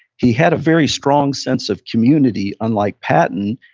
he had a very strong sense of community, unlike patton.